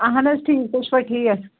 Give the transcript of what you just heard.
اَہَن حظ ٹھیٖک تُہۍ چھِوٕ ٹھیٖک